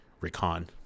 Recon